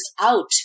out